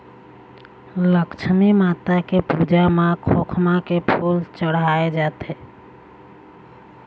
लक्छमी माता के पूजा म खोखमा के फूल चड़हाय जाथे